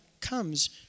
comes